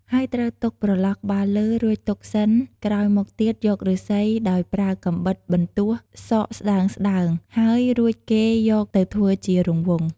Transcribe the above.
ហើយត្រូវទុកប្រឡោះក្បាលលើ រួចទុកសិនក្រោយមកទៀតយកឫស្សីដោយប្រើកាំបិតបន្ទោះសកស្តើងៗហើយ រួចគេយកទៅធ្វើជារង្វង់។